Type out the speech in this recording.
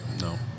No